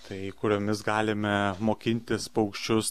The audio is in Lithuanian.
tai kuriomis galime mokintis paukščius